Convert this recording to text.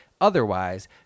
Otherwise